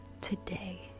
today